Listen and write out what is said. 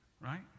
right